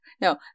no